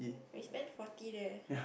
we spend forty there